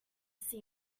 see